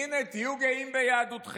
הינה, תהיו גאים ביהדותכם.